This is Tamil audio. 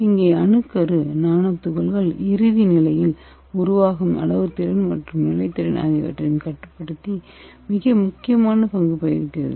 இங்கே அணுக்கரு நானோ துகள்கள் இறுதி நிலையில் உருவாகும் அளவுத்திறன் மற்றும் நிலைத்திறன் ஆகியவற்றினை கட்டுப்படுத்தி மிக முக்கிய பங்கு வகிக்கிறது